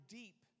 deep